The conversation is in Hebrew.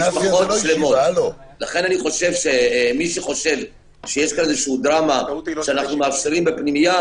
לכן מי שחושב שיש דרמה שאנחנו מאפשרים בפנימייה